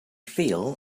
feel